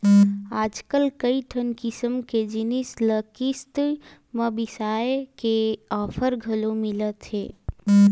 आजकल कइठन किसम के जिनिस ल किस्ती म बिसाए के ऑफर घलो मिलत हे